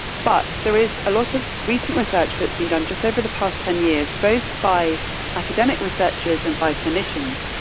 but there is a lot of recent research that's been done, just over the past ten years both by academic researchers and by clinicians,